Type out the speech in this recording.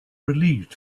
relieved